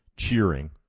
Cheering